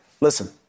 Listen